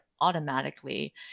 automatically